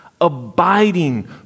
Abiding